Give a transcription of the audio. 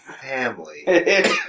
Family